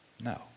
No